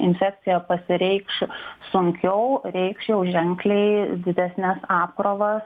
infekcija pasireikš sunkiau reikš jau ženkliai didesnes apkrovas